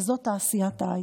וזאת תעשיית ההייטק.